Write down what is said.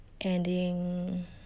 ending